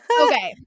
Okay